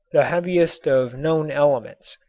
the heaviest of known elements.